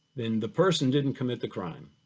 then the person didn't commit the crime.